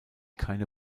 keine